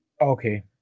Okay